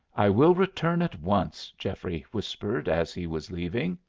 i will return at once, geoffrey whispered as he was leaving.